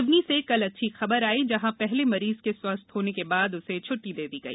सिवनी से कल अच्छी खबर आई जहां पहले मरीज के स्वस्थ होने के बाद उसे छ्ट्टी दे दी गई